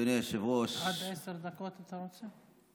עד עשר דקות אתה רוצה?